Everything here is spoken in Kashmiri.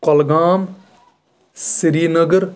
کۄلگام سری نگر